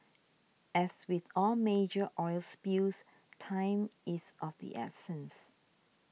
as with all major oil spills time is of the essence